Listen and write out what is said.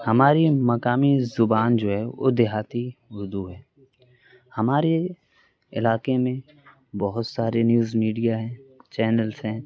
ہماری مقامی زبان جو ہے وہ دیہاتی اردو ہے ہمارے علاقے میں بہت سارے نیوز میڈیا ہیں چینلس ہیں